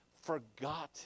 forgotten